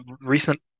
recent